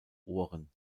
ohren